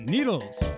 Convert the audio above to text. Needles